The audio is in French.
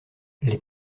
les